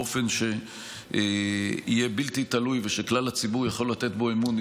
באופן שיהיה בלתי תלוי ושכלל הציבור יכול לתת בו אמון,